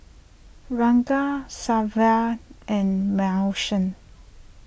Raegan Savana and Manson